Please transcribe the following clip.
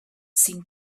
seemed